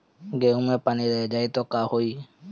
गेंहू मे पानी रह जाई त का होई?